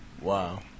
Wow